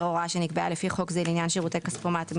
הוראה שנקבעה לפי חוק זה לעניין שירותי כספומט,